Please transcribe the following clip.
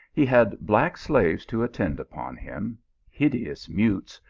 he had black slaves to attend upon him hideous mutes,